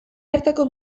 hartako